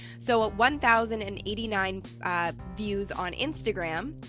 so at one thousand and eighty nine views on instagram,